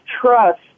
trust